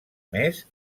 més